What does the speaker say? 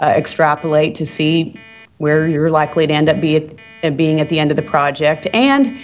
ah extrapolate to see where you're likely to end up being and being at the end of the project. and,